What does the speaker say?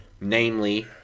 namely